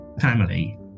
family